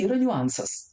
yra niuansas